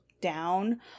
down